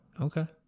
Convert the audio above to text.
Okay